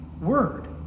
Word